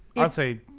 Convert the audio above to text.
i'd say,